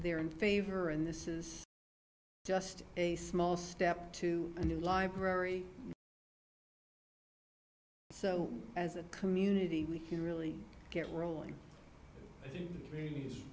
they are in favor and this is just a small step to a new library so as a community we can really get rolling